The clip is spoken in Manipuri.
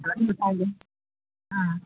ꯑꯥ